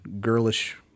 girlish